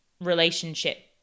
relationship